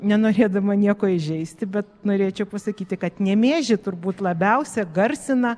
nenorėdama nieko įžeisti bet norėčiau pasakyti kad nemėžį turbūt labiausia garsina